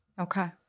Okay